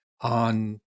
on